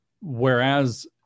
Whereas